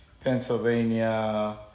Pennsylvania